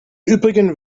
übrigen